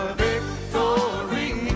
victory